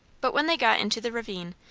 but when they got into the ravine,